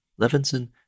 Levinson